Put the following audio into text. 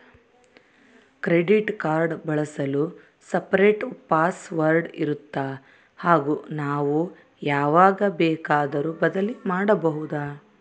Credit card ಬಳಸಲು separate password ಇರುತ್ತಾ ಹಾಗೂ ನಾವು ಯಾವಾಗ ಬೇಕಾದರೂ ಬದಲಿ ಮಾಡಬಹುದಾ?